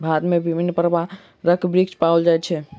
भारत में विभिन्न प्रकारक वृक्ष पाओल जाय छै